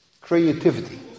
creativity